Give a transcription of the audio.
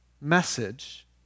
message